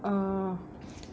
orh